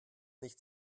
nicht